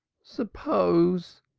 suppose,